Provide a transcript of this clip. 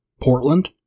Portland